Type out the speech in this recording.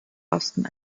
osten